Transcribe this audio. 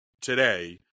today